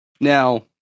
Now